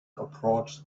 approached